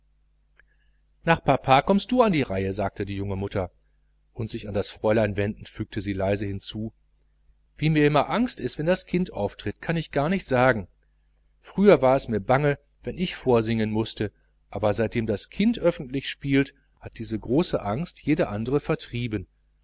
nach papa kommst du an die reihe sagte die junge mutter und sich an das fräulein wendend fügte sie leise hinzu wie mir immer angst ist wenn das kind auftritt kann ich gar nicht sagen früher war es mir bange wenn ich vorsingen mußte aber seitdem das kind öffentlich spielt hat diese große angst jede andere vertrieben